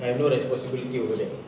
I've no responsibility over that